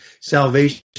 salvation